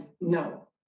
no